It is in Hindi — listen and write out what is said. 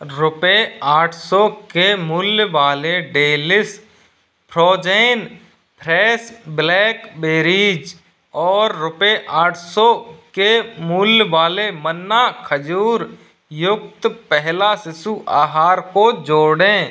रुपये आठ सौ के मूल्य वाले Delis frozen fresh blackberries berries और रूपये आठ सौ के मूल्य वाले मन्ना खजूर युक्त पहला शिशु आहार को जोड़ें